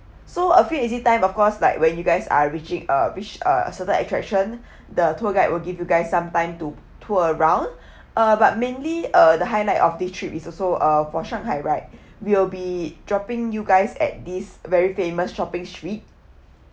so uh free and easy time of course like when you guys are reaching uh reach uh certain attraction the tour guide will give you guys some time to tour around uh but mainly uh the highlight of this trip is also uh for shanghai right we will be dropping you guys at this very famous shopping street